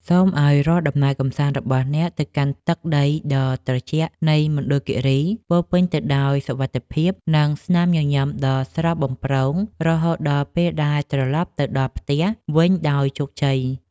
សូមឱ្យរាល់ដំណើរកម្សាន្តរបស់អ្នកទៅកាន់ទឹកដីដ៏ត្រជាក់នៃមណ្ឌលគីរីពោរពេញទៅដោយសុវត្ថិភាព និង ស្នាមញញឹមដ៏ស្រស់បំព្រងរហូតដល់ពេលដែលត្រឡប់ទៅដល់ផ្ទះវិញដោយជោគជ័យ។